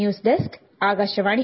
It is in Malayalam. news desk Akashvani